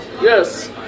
Yes